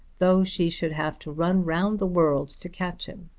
though she should have to run round the world to catch him.